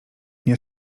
nie